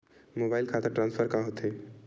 Mobile खाता transfer का होथे?